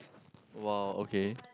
!wow! okay